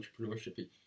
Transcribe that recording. entrepreneurship